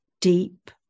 deep